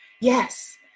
Yes